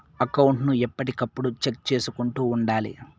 account ను ఎప్పటికప్పుడు check చేసుకుంటూ ఉండాలి